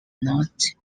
not